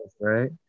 Right